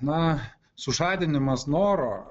na sužadinimas noro